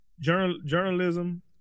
Journalism